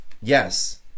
yes